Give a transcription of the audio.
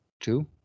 two